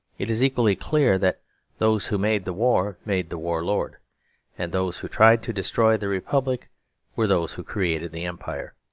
it is equally clear that those who made the war made the war-lord and those who tried to destroy the republic were those who created the empire.